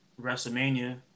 WrestleMania